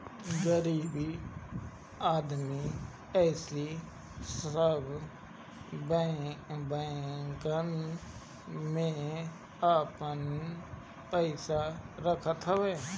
गरीब आदमी एही सब बैंकन में आपन पईसा रखत हवे